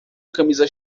camisa